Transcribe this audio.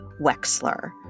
Wexler